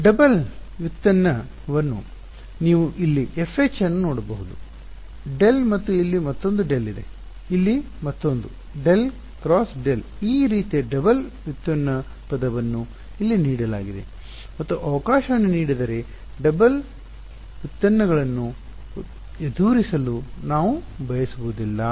double ವ್ಯುತ್ಪನ್ನ ನೀವು ಇಲ್ಲಿ FH ಅನ್ನು ನೋಡಬಹುದು ∇ ಮತ್ತು ಇಲ್ಲಿ ಮತ್ತೊಂದು ∇ ಇದೆ ಇಲ್ಲಿ ಮತ್ತೊಂದು ∇×∇ ಈ ರೀತಿಯ ಡಬಲ್ ವ್ಯುತ್ಪನ್ನ ಪದವನ್ನು ಇಲ್ಲಿ ನೀಡಲಾಗಿದೆ ಮತ್ತು ಅವಕಾಶವನ್ನು ನೀಡಿದರೆ ಡಬಲ್ ಉತ್ಪನ್ನಗಳನ್ನು ಎದುರಿಸಲು ನಾವು ಬಯಸುವುದಿಲ್ಲ